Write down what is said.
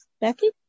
Becky